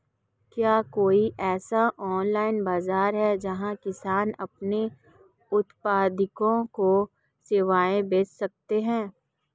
क्या कोई ऐसा ऑनलाइन बाज़ार है जहाँ किसान अपने उत्पादकों को स्वयं बेच सकते हों?